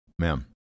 Ma'am